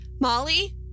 Molly